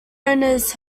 owners